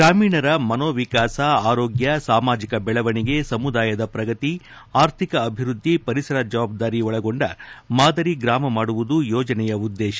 ಗ್ರಾಮೀಣರಮನೋವಿಕಾಸ ಆರೋಗ್ಯ ಸಾಮಾಜಿಕ ಬೆಳವಣಿಗೆ ಸಮುದಾಯದ ಶ್ರಗತಿ ಆರ್ಥಿಕಅಭಿವೃದ್ದಿ ಪರಿಸರ ಜವಾಬ್ದಾರಿ ಒಳಗೊಂಡ ಮಾದರಿ ಗ್ರಾಮ ಮಾಡುವುದು ಯೋಜನೆಯ ಉದ್ದೇಶ